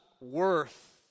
worth